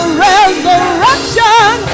resurrection